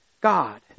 God